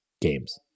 games